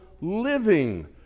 living